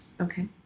Okay